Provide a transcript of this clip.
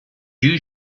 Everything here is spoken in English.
you